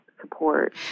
support